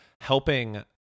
helping